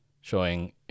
showing